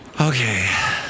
Okay